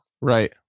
right